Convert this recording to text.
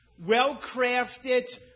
well-crafted